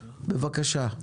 בבקשה.